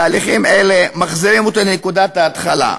תהליכים אלה מחזירים אותי לנקודת ההתחלה,